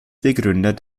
begründer